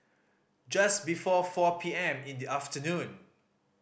just before four P M in the afternoon